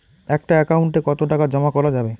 একটা একাউন্ট এ কতো টাকা জমা করা যাবে?